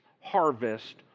harvest